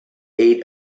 eight